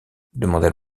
demanda